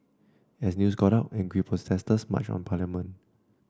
as news got out angry protesters marched on parliament